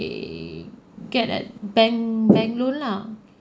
they get at bank bank loan lah